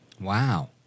Wow